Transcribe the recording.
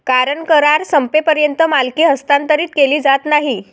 कारण करार संपेपर्यंत मालकी हस्तांतरित केली जात नाही